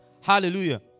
hallelujah